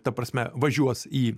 ta prasme važiuos į